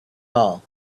all